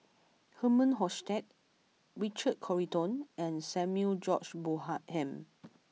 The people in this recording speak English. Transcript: Herman Hochstadt Richard Corridon and Samuel George Bonham